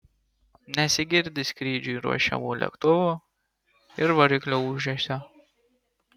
nesigirdi skrydžiui ruošiamų lėktuvų ir variklių ūžesio